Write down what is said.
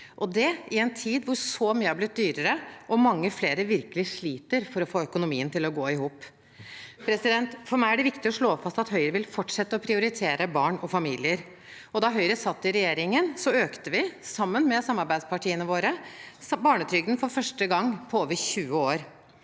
og det i en tid hvor så mye har blitt dyrere, og mange flere virkelig sliter for å få økonomien til å gå i hop. For meg er det viktig å slå fast at Høyre vil fortsette å prioritere barn og familier. Da Høyre satt i regjering, økte vi, sammen med samarbeidspartiene våre, barnetrygden for første gang på over 20 år.